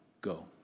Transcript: go